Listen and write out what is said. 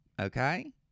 Okay